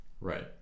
Right